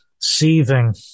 seething